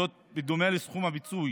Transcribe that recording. זאת, בדומה לסכום הפיצוי